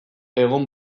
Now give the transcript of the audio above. egon